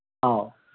ꯑꯧ